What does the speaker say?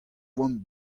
oan